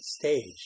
stage